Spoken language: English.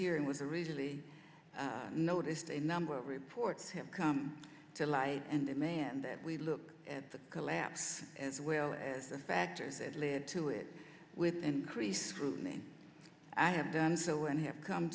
hearing was originally noticed a number of reports have come to light and demand that we look at the collapse as well as the factors that led to it with increased scrutiny i have done so and have come